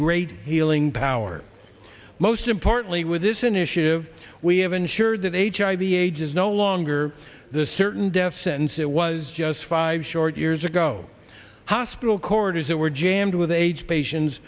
great healing power most importantly with this initiative we have ensured that hiv aids is no longer the certain death sentence it was just five short years ago hospital corridors that were jammed with aids patients